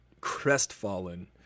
crestfallen